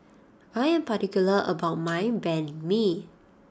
I am particular about my Banh Mi